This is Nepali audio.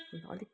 अलिक